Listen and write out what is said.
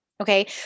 Okay